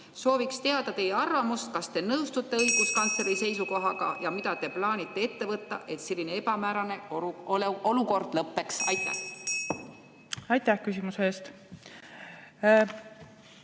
Sooviks teada teie arvamust, kas te nõustute õiguskantsleri seisukohaga ja mida te plaanite ette võtta, et selline ebamäärane olukord lõpeks. Aitäh! Austatud minister!